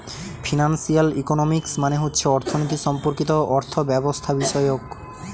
financial economics মানে হচ্ছে অর্থনীতি সম্পর্কিত অর্থব্যবস্থাবিষয়ক